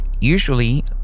Usually